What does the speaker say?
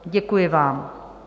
Děkuji vám.